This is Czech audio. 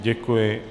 Děkuji.